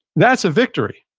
that's a victory.